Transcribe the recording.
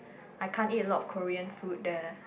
I can't eat a lot of Korean food there